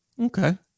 Okay